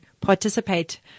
participate